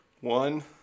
One